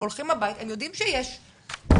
הולכים הביתה, הם יודעים שיש קורונה,